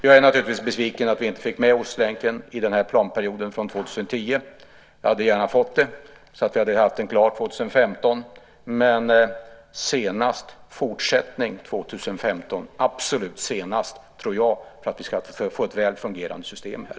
Jag är naturligtvis besviken för att vi inte fick med Ostlänken i den här planperioden från 2010 - jag hade gärna sett det, så att vi hade haft den klar 2015 - men jag tror att det krävs en fortsättning absolut senast 2015 för att vi ska få ett väl fungerande system här.